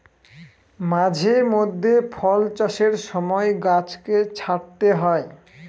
মাঝে মধ্যে ফল চাষের সময় গাছকে ছাঁটতে হয়